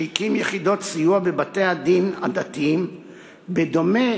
שהקים יחידות סיוע בבתי-הדין הדתיים בדומה